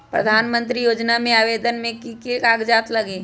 प्रधानमंत्री योजना में आवेदन मे की की कागज़ात लगी?